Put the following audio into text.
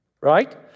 right